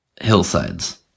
hillsides